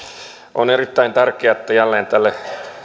on erittäin tärkeää että jälleen tälle